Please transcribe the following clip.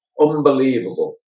unbelievable